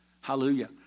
Hallelujah